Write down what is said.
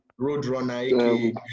Roadrunner